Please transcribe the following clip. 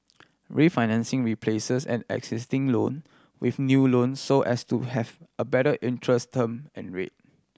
refinancing replaces and existing loan with new loan so as to have a better interest term and rate